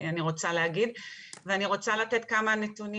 אני רוצה להגיד ואני רוצה להגיד כמה נתונים